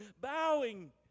bowing